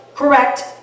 correct